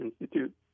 Institute